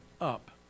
up